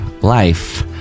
Life